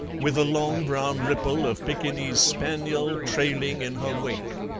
with a long brown ripple of pekingese spaniel trailing in her wake.